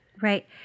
Right